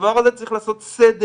בדבר הזה צריך לעשות סדר.